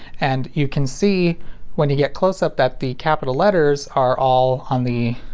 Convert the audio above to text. and you can see when you get close up that the capital letters are all on the.